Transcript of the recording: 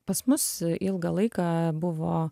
pas mus ilgą laiką buvo